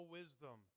wisdom